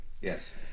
Yes